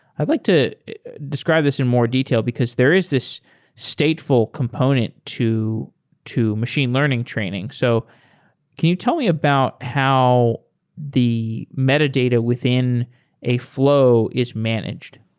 i'd like to describe this in a more detail, because there is this stateful component to to machine learning training. so can you tell me about how the metadata within a flow is managed?